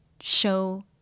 show